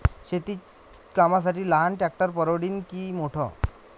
शेती कामाले लहान ट्रॅक्टर परवडीनं की मोठं?